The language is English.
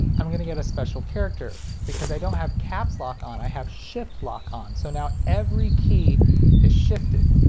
i'm gonna get a special character because i don't have caps lock on i have shift lock on. so now every key is shifted.